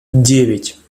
девять